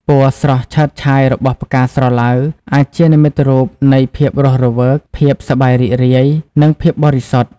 ពណ៌ស្រស់ឆើតឆាយរបស់ផ្កាស្រឡៅ អាចជានិមិត្តរូបនៃ ភាពរស់រវើក ភាពសប្បាយរីករាយ និងភាពបរិសុទ្ធ។